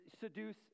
seduce